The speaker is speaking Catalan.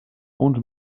uns